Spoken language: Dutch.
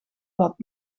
wat